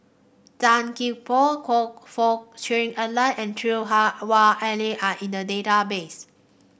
Tan Gee Paw Choe Fook Cheong Alan and Lui Hah Wah Elena are in the database